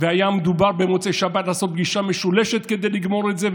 והיה מדובר במוצאי שבת לעשות פגישה משולשת כדי לגמור את זה.